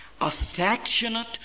affectionate